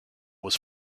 was